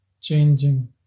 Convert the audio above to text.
changing